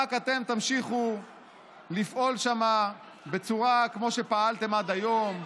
רק אתם תמשיכו לפעול שם בצורה כמו שפעלתם עד היום,